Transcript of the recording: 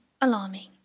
alarming